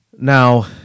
Now